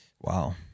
Wow